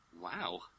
Wow